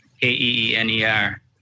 K-E-E-N-E-R